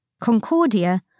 Concordia